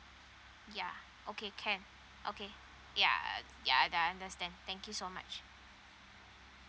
yeah okay can okay yeah yeah I understand thank you so much